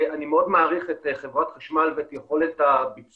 אני מאוד מעריך את חברת חשמל ואת יכולת הביצוע,